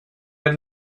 had